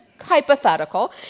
hypothetical